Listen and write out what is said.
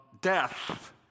death